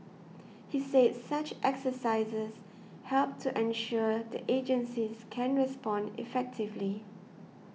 he said such exercises help to ensure the agencies can respond effectively